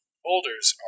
boulders